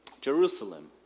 Jerusalem